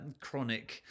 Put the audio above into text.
chronic